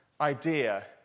idea